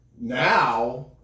now